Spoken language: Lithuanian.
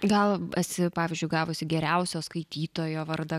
gal esi pavyzdžiui gavusi geriausio skaitytojo vardą